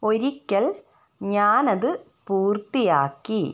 ഒരിക്കൽ ഞാനത് പൂർത്തിയാക്കി